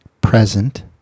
present